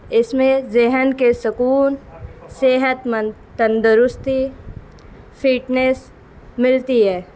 اس میں ذہن کے سکون صحت مند تندرستی فیٹنس ملتی ہے